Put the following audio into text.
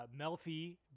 Melfi